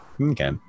Okay